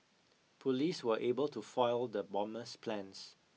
police were able to foil the bomber's plans